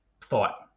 thought